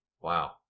wow